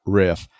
riff